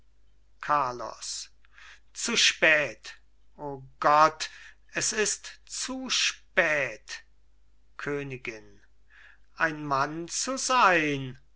carlos zu spät o gott es ist zu spät königin ein mann zu sein